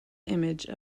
image